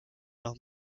los